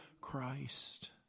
Christ